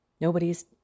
Nobody's